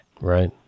Right